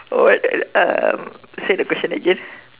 what uh say the question again